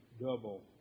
double